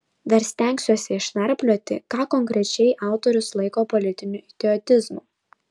dar stengsiuosi išnarplioti ką konkrečiai autorius laiko politiniu idiotizmu